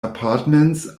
apartments